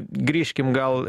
grįžkim gal